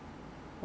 yes